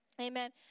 Amen